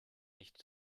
nicht